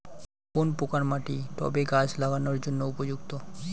কোন প্রকার মাটি টবে গাছ লাগানোর জন্য উপযুক্ত?